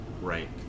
Right